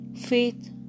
faith